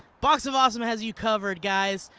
box of awesome has you covered guys.